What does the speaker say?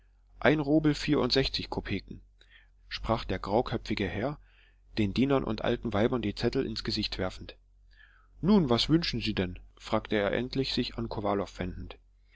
ein rubel vierundsechzig kopeken sprach der grauköpfige herr den dienern und alten weibern die zettel ins gesicht werfend nun was wünschen sie denn fragte er endlich sich an kowalow wendend